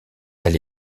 elle